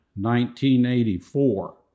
1984